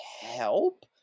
help